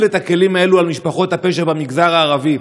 את הכלים האלה על משפחות הפשע במגזר הערבי.